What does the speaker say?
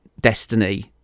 Destiny